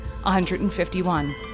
151